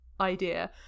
idea